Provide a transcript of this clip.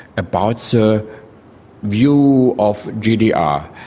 about so view of gdr.